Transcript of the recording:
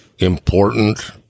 Important